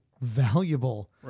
valuable